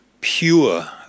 pure